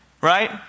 right